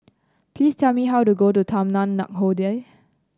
please tell me how to get to Taman Nakhoda